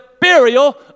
burial